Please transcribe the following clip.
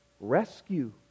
Rescue